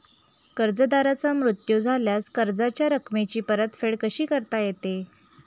कर्जदाराचा मृत्यू झाल्यास कर्जाच्या रकमेची परतफेड कशी करता येते?